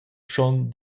schon